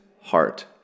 heart